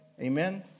Amen